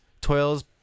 toil's